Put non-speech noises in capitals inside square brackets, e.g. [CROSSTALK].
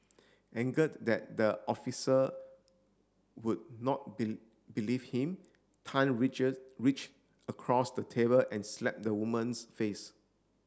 angered that the officer would not [UNINTELLIGIBLE] believe him Tan [UNINTELLIGIBLE] reach across the table and slapped the woman's face